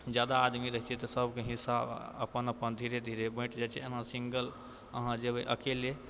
जादा आदमी रहै छियै तऽ सबके हिस्सा अपन अपन धीरे धीरे बँटि जाइ छै एना सिङ्गल अहाँ जेबै अकेले